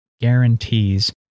guarantees